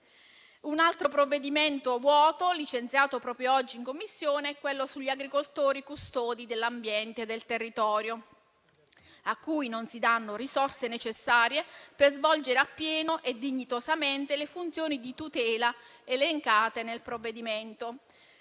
Un altro provvedimento vuoto, licenziato proprio oggi in Commissione, è quello sugli agricoltori custodi dell'ambiente e del territorio, a cui non si danno risorse necessarie per svolgere appieno e dignitosamente le funzioni di tutela elencate nel provvedimento.